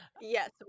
Yes